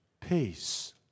peace